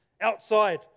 Outside